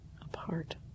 apart